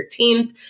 13th